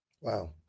wow